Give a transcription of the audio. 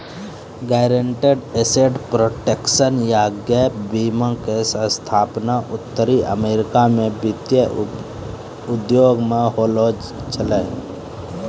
guaranteed asset protection या gap बीमा के स्थापना उत्तरी अमेरिका मे वित्तीय उद्योग मे होलो छलै